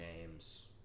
games